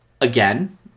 again